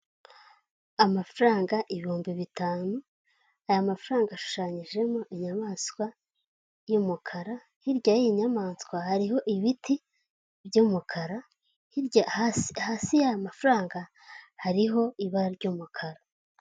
Amafaranga ibihumbi biyanu aya mafaranga ashushanyijemo inyamaswa y'umukara, hirya y'iyi nyamaswa hariho ibiti by'umukara, hirya hasi yayo mafaranga hariho ibara ry'umukara.